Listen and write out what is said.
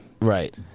Right